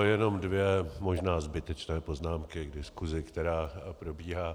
Jenom dvě možná zbytečné poznámky k diskuzi, která probíhá.